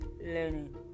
learning